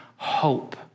Hope